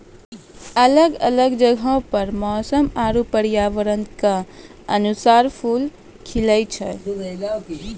अलग अलग जगहो पर मौसम आरु पर्यावरण क अनुसार फूल खिलए छै